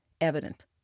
evident